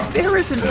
there is